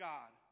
God